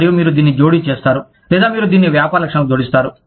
మరియు మీరు దీన్ని జోడీ చేస్తారు లేదా మీరు దీన్ని వ్యాపార లక్షణాలకు జోడిస్తారు